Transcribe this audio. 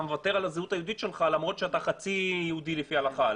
מוותר על הזהות היהודית שלך למרות שאתה חצי יהודי לפי ההלכה.